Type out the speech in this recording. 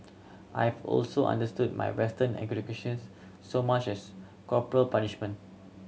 I've also understood my Western educations so much as corporal punishment